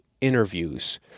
interviews